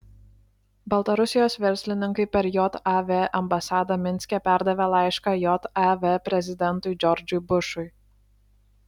baltarusijos verslininkai per jav ambasadą minske perdavė laišką jav prezidentui džordžui bušui